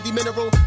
mineral